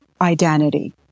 identity